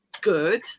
good